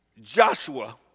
Joshua